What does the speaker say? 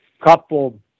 couple